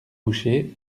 boucher